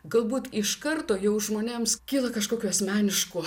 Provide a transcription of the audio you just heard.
galbūt iš karto jau žmonėms kyla kažkokių asmeniškų